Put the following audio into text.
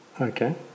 Okay